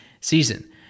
season